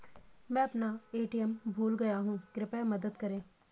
मैं अपना ए.टी.एम भूल गया हूँ, कृपया मदद करें